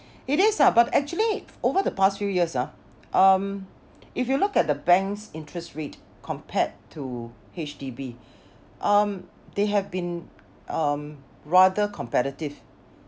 it is ah but actually over the past few years ah um if you look at the bank's interest rate compared to H_D_B um they have been um rather competitive